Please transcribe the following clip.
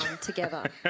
together